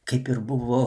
kaip ir buvo